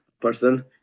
person